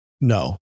No